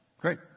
Great